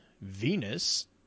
Venus